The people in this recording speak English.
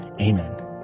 Amen